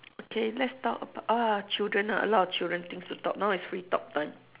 okay let's talk about uh children ha a lot of children things to talk now is free talk time